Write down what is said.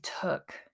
took